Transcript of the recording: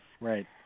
Right